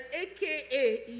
AKA